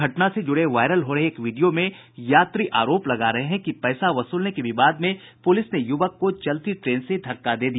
घटना से जुड़े वायरल हो रहे एक वीडियो में यात्री आरोप लगा रहे हैं कि पैसा वसूलने के विवाद में पूलिस ने युवक को चलती ट्रेन से धक्का दे दिया